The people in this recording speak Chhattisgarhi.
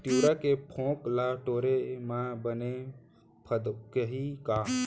तिंवरा के फोंक ल टोरे म बने फदकही का?